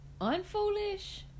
Unfoolish